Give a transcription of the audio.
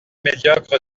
médiocre